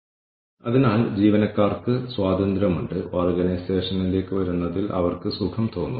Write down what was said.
ഇത് വളരെ സങ്കീർണ്ണമായതിനാൽ ഈ സ്കോർകാർഡ് പൂരിപ്പിക്കുന്ന ആളുകൾ അവരുടെ ബിസിനസ്സ് പ്രവർത്തനങ്ങളിൽ നിന്ന് വ്യതിചലിക്കുന്നതായും ആളുകൾക്ക് തോന്നുന്നു